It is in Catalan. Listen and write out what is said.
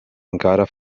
encara